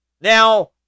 Now